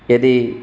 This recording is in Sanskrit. यदि